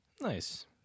Nice